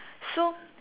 so